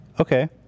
Okay